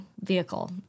vehicle